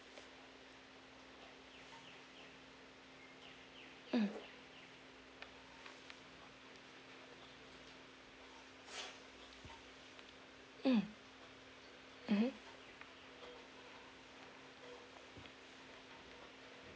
mm mm mmhmm